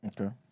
Okay